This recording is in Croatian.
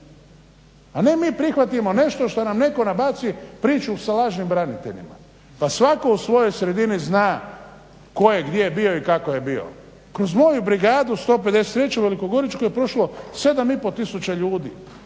a ne mi prihvatimo nešto šta nam neko nabacuje priču sa lažnim braniteljima. Pa svatko u svojoj sredini zna tko je gdje bio i kako je bio. Kroz moju brigadu 153. Velikogoričku je prošlo sedam i pol tisuća ljudi,